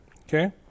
Okay